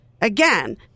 again